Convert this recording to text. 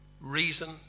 reason